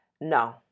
No